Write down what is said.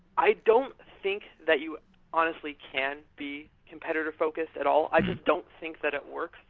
i don't think that you honestly can be competitor-focused at all. i just don't think that it works.